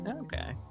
Okay